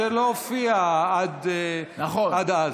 שלא הופיע עד אז,